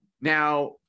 Now